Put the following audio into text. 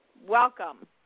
welcome